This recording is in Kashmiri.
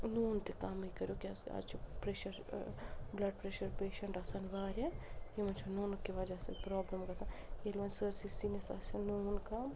نوٗن تہِ کَمٕے کٔرِو کیٛاز کہِ آز چھِ پرٛیٚشَر ٲں بٕلَڈ پرٛیٚشَر پیشَنٛٹ آسان واریاہ یِمَن چھُ نوٗنہٕ کہِ وَجہ سۭتۍ پرٛابلِم گَژھان ییٚلہِ وۄنۍ سٲرسٕے سِنِس آسہِ نوٗن کَم